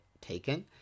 taken